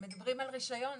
מדברים על רישיון,